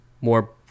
more